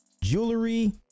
jewelry